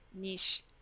niche